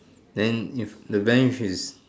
then if the bench is